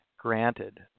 granted